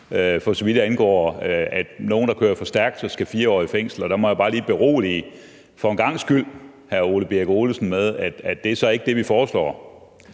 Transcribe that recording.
for så vidt angår, at nogle, der kører for stærkt, så skal 4 år i fængsel. Der må jeg bare lige for en gangs skyld berolige hr. Ole Birk Olesen med, at det så ikke er det, vi foreslår.